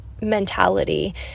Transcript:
mentality